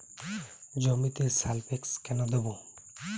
জমিতে সালফেক্স কেন দেবো?